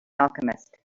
alchemist